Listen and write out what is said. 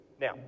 Now